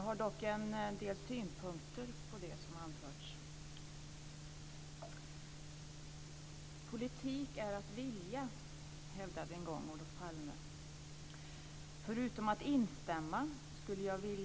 Herr talman!